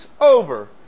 over